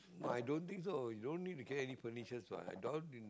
but i don't so you don't need to get any furniture what I doubt